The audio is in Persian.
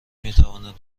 میتواند